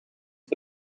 for